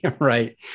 Right